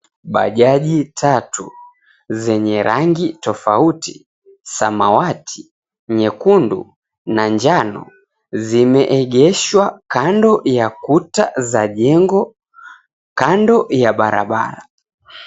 Bajaji tatu zenye rangi tofauti; samawati, nyekundu na njano zimeegeshwa kando ya kuta za jengo kando ya barabara.